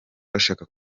bashaka